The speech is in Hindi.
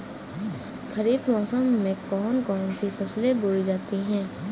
खरीफ मौसम में कौन कौन सी फसलें बोई जाती हैं?